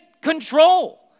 control